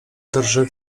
drży